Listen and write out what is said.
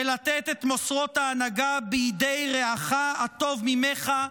ולתת את מוסרות ההנהגה בידי רעך הטוב ממך,